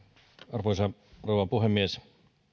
arvoisa rouva puhemies